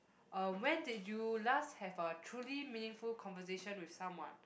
uh when did you last have a truly meaningful conversation with someone